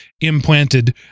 implanted